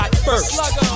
First